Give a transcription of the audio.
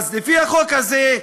אז לפי החוק הזה,